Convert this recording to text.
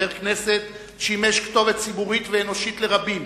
כנסת שימש כתובת ציבורית ואנושית לרבים.